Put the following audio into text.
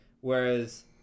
whereas